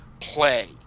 play